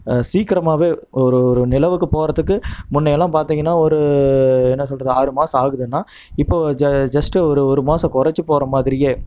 சீக்கிரமாகவே ஒரு ஒரு நிலவுக்கு போகிறதுக்கு முன்னேலாம் பார்த்திங்கன்னா ஒரு என்ன சொல்கிறது ஆறு மாதம் ஆகுதுன்னா இப்போ ஜ ஜஸ்ட்டு ஒரு ஒரு மாதம் குறச்சி போகிற மாதிரியே